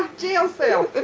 jail cell.